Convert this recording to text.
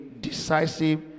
decisive